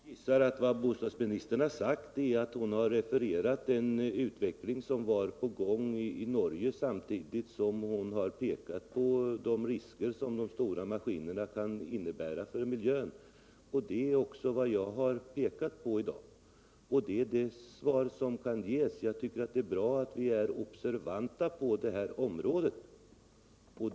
Herr talman! Jag gissar att vad bostadsministern gjort är att hon har refererat den utveckling som var på gång i Norge samtidigt som hon har pekat på de risker som de stora maskinerna kan innebära för miljön. Det är också vad jag har pekat på. Det är det svar som kan ges. Jag tycker att det är bra att vi är observanta på det här området.